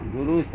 Guru